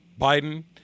Biden